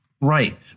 Right